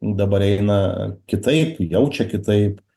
dabar eina kitaip jaučia kitaip